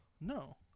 no